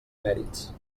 mèrits